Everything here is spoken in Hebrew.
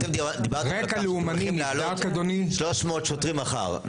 אתם דיברתם על כך שהולכים לעלות שלוש מאות שוטרים מחר,